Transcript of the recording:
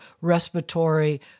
respiratory